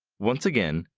once again,